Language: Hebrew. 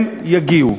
הם יגיעו.